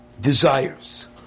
desires